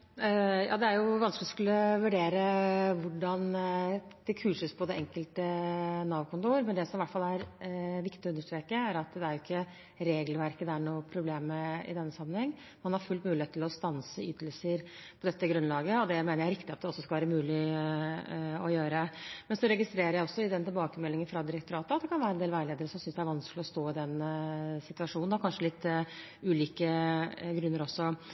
Det er vanskelig å skulle vurdere hvordan det kurses på det enkelte Nav-kontor, men det som i hvert fall er viktig å understreke, er at det ikke er regelverket det er noe problem med i denne sammenheng. Man har full mulighet til å stanse ytelser på dette grunnlaget, og at det skal være mulig å gjøre det, mener jeg også er riktig. Så registrerer jeg også i tilbakemeldingen fra direktoratet at det kan være en del veiledere som synes det er vanskelig å stå i den situasjonen, av kanskje litt ulike grunner.